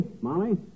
Molly